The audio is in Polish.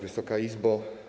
Wysoka Izbo!